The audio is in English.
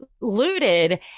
looted